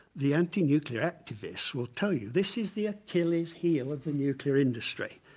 the anti-nuclear activist will tell you this is the achilles heel of the nuclear industry,